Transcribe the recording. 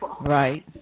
Right